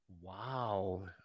Wow